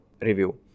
review